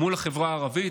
מול החברה הערבית,